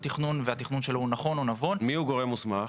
התכנון כמו שצריך --- מיהו הגורם המוסמך?